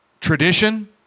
tradition